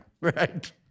Right